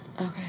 Okay